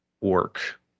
work